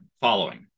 following